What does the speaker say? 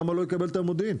למה שלא יקבל אותם במודיעין?